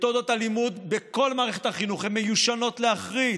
מתודות הלימוד בכל מערכת החינוך הן מיושנות להחריד,